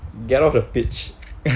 get off the pitch